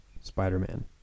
Spider-Man